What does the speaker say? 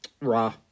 Raw